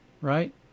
right